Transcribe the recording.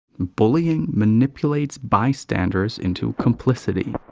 bullying manipulates bystander into complicity!